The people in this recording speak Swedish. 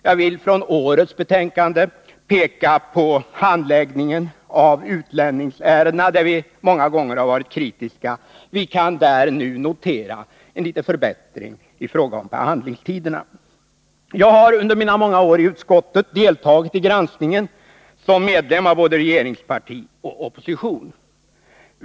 Jag vill i årets betänkande peka på handläggningen av utlänningsärendena, där vi många gånger varit 15 kritiska. Vi kan där nu notera en liten förbättring i fråga om handläggningstiderna. Jag har under mina många år i utskottet deltagit i granskningen både som medlem av regeringsparti och som medlem av opposition.